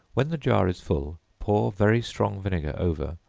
when the jar is full, pour very strong vinegar over,